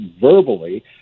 verbally